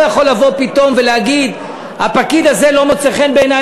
הוא לא יכול לבוא פתאום ולהגיד: הפקיד הזה לא מוצא חן בעיני,